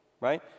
right